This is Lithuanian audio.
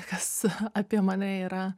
kas apie mane yra